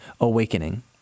Awakening